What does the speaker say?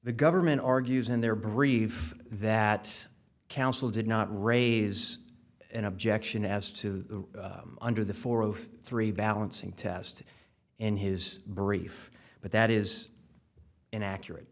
the government argues in their brief that counsel did not raise an objection as to the under the four oath three balancing test in his brief but that is inaccurate